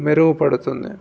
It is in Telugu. మెరుగుపడుతుంది